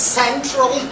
central